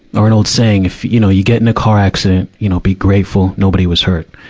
or an old saying, if, you know, you get in a car accident, you know, be grateful nobody was hurt.